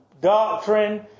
doctrine